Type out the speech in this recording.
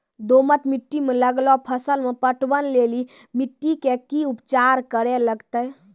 दोमट मिट्टी मे लागलो फसल मे पटवन लेली मिट्टी के की उपचार करे लगते?